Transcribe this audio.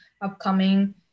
upcoming